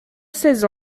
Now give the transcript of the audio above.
seize